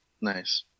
Nice